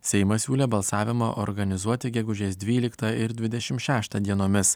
seimas siūlė balsavimą organizuoti gegužės dvyliktą ir dvidešimt šeštą dienomis